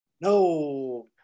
no